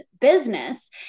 business